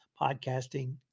podcasting